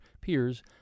peers